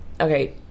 Okay